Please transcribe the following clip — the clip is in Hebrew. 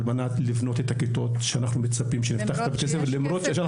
מנת לבנות את הכיתות שאנחנו מצפים --- למרות שיש כסף.